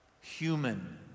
Human